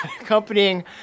accompanying